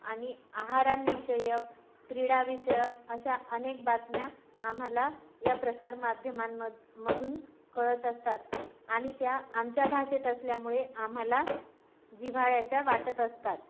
आणि आहारविषयक क्रीडाविषयक अशा अनेक बातम्या आम्हाला या प्रसारमाध्यमांम मधून कळत असतात आणि त्या आमच्या भाषेत असल्यामुळे आम्हाला जिव्हाळ्याच्या वाटत असतात